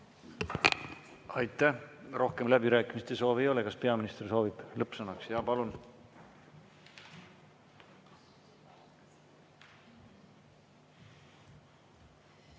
Aitäh! Rohkem läbirääkimiste soovi ei ole. Kas peaminister soovib lõppsõna öelda? Palun!